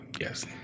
Yes